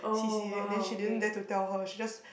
C_C_A then she didn't dare to tell her she just